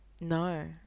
no